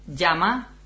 Llama